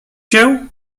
się